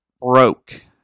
broke